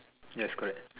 yes correct